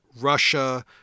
Russia